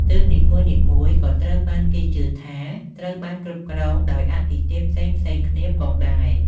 ទិសនីមួយៗក៏ត្រូវបានគេជឿថាត្រូវបានគ្រប់គ្រងដោយអាទិទេពផ្សេងៗគ្នាផងដែរ។